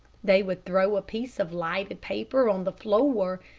they would throw a piece of lighted paper on the floor,